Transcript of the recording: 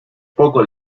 poco